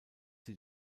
sie